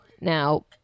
Now